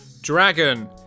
dragon